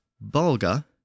bulga